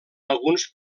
alguns